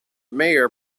mayor